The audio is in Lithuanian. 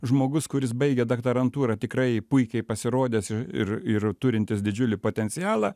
žmogus kuris baigė daktarantūrą tikrai puikiai pasirodęs ir ir turintis didžiulį potencialą